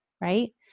right